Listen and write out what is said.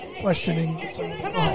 questioning